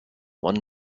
one